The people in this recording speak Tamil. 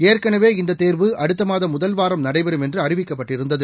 ஏற்கனவே இந்த தேர்வு அடுத்த மாதம் முதல் வாரம் நடைபெறும் என்று அறிவிக்கப்பட்டிருந்தது